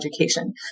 education